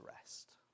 rest